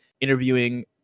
interviewing